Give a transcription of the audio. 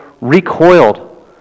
recoiled